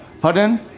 pardon